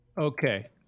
Okay